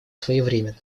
своевременно